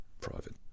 Private